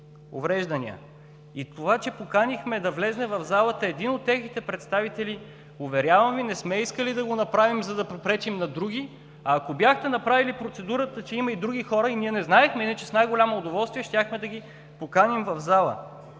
Това, че поканихме да влезе в залата един от техните представители, уверявам Ви, не сме искали да го направим, за да попречим на други. Ако бяхте направили процедурата, че има и други хора – ние не знаехме, иначе с най-голямо удоволствие щяхме да ги поканим в залата.